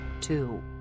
two